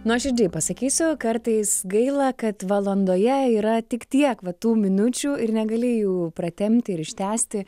nuoširdžiai pasakysiu kartais gaila kad valandoje yra tik tiek va tų minučių ir negali jų pratempti ir ištęsti